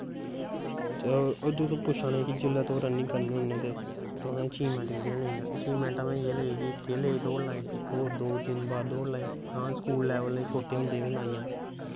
ओह् तुस पुच्छा न जिसलै तुस रनिंग करने होन्ने ते तुसें अचिवमैंट किन्नियां लेइयां अचिवमैंट में इ'यै लेई कि इक एह् दौड़ लाई दो तिन्न होर कि दौड़ लाई हां स्कूल लैवल बी छोटे होंदे बी लाइयां